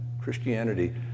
Christianity